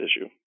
issue